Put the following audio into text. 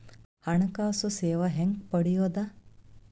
ಹಣಕಾಸು ಸೇವಾ ಹೆಂಗ ಪಡಿಯೊದ?